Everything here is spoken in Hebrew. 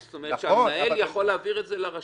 זאת אומרת, המנהל יכול להעביר את זה לרשם.